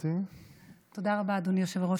תודה רבה, אדוני היושב-ראש.